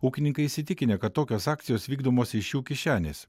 ūkininkai įsitikinę kad tokios akcijos vykdomos iš jų kišenės